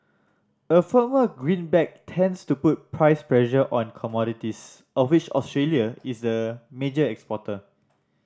a firmer greenback tends to put price pressure on commodities of which Australia is a major exporter